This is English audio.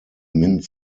mint